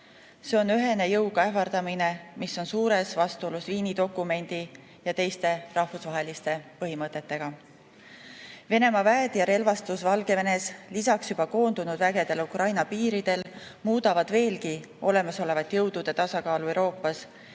See on ühene jõuga ähvardamine, mis on suures vastuolus Viini dokumendi ja teiste rahvusvaheliste põhimõtetega. Venemaa väed ja relvastus Valgevenes lisaks juba koondunud vägedele Ukraina piiridel muudavad veelgi olemasolevat jõudude tasakaalu Euroopas,